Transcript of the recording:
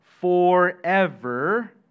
forever